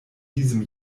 diesem